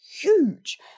huge